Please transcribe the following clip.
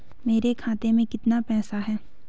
मेरे खाते में कितना पैसा है?